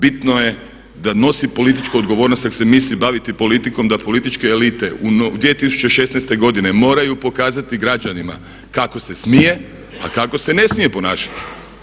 Bitno je da nosi političku odgovornost, ako se misli baviti politikom da političke elite 2016. godine moraju pokazati građanima kako se smije, a kako se ne smije ponašati.